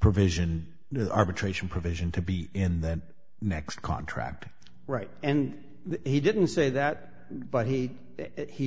provision arbitration provision to be in the next contract right and he didn't say that but he he